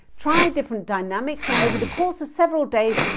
try different dynamics and over the course of several days,